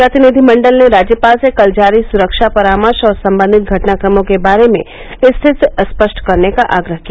प्रतिनिधिमंडल ने राज्यपाल से कल जारी सुरक्षा परामर्श और संबंधित घटनाक्रमों के बारे में स्थिति स्पष्ट करने का आग्रह किया